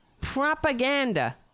propaganda